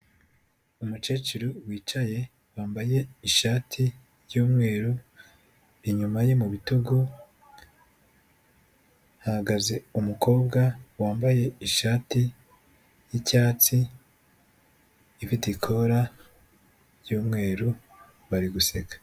Umukecuru wicaye wambaye ishati y'umweru, inyuma ye mu bitugu hahagaze umukobwa wambaye ishati y'icyatsi, ifite ikora ry'umweru, bari guseka.